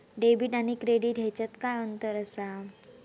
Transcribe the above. Debit आणि credit ह्याच्यात काय अंतर असा?